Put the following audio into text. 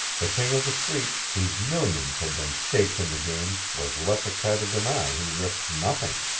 the king of the street, whose millions had been staked in the game, was less excited than i who risked nothing.